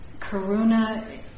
karuna